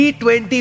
T20